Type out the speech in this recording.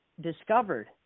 discovered